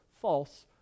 false